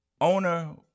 owner